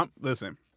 Listen